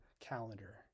calendar